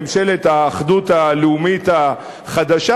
ממשלת האחדות הלאומית החדשה,